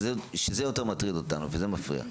שזה יותר מטריד אותנו וזה מפריע.